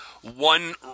one